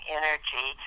energy